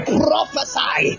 prophesy